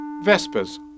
Vespers